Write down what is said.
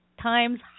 times